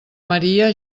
maria